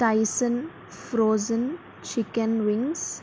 tyson frozen chicken wings